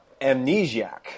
Amnesiac